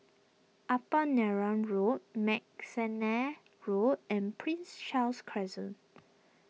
Upper Neram Road McNair Road and Prince Charles Crescent